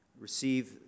receive